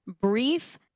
brief